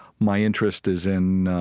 my interest is in